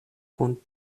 kun